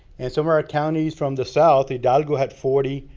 and some of our counties from the south. hidalgo had forty,